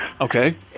Okay